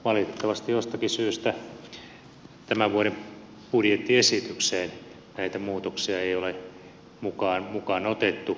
valitettavasti jostakin syystä tämän vuoden budjettiesitykseen näitä muutoksia ei ole mukaan otettu